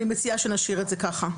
אני מציעה שנשאיר את זה ככה.